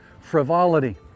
frivolity